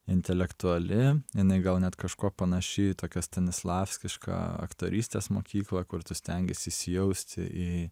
intelektuali jinai gal net kažkuo panaši į tokią stanislavskišką aktorystės mokyklą kur tu stengiesi įsijausti į